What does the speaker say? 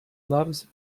loves